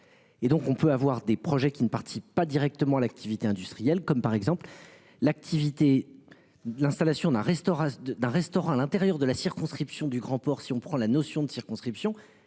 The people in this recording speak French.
Et donc on peut avoir des projets qui ne participent pas directement l'activité industrielle comme par exemple l'activité. L'installation d'un restaurant d'un restaurant à l'intérieur de la circonscription du grand port si on prend la notion de circonscriptions